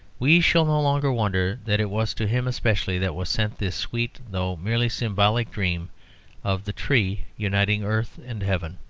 we shall no longer wonder that it was to him especially that was sent this sweet, though merely symbolic, dream of the tree uniting earth and heaven.